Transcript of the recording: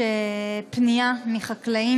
השר אורי